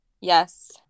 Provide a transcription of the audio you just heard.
Yes